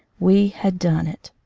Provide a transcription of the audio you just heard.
we had done it.